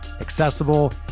accessible